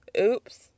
Oops